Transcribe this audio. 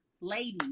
ladies